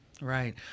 Right